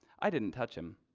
i didn't touch him.